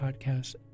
podcast